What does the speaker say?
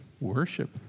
worship